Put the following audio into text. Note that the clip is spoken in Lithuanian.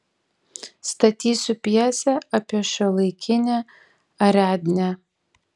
statysiu pjesę apie šiuolaikinę ariadnę